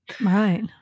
Right